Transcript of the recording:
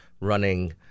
running—